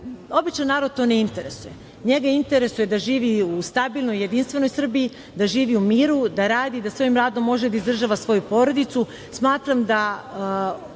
običan narod to ne interesuje. Njega interesuje da živi u stabilnoj, jedinstvenoj Srbiji, da živi u miru, da radi i da svojim radom može da izdržava svoju porodicu. Smatram da